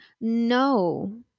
No